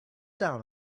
down